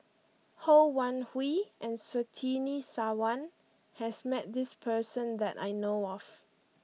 Ho Wan Hui and Surtini Sarwan has met this person that I know of